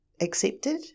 accepted